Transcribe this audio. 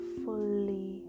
fully